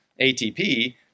ATP